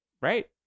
Right